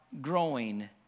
growing